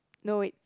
no wait